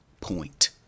point